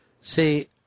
see